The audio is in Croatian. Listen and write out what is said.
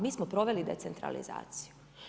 Mi smo proveli decentralizaciju.